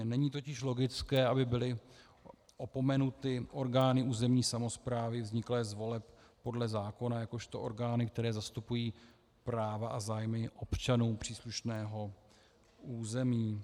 Není totiž logické, aby byly opomenuty orgány územní samosprávy vzniklé z voleb podle zákona jakožto orgány, které zastupují práva a zájmy občanů příslušného území.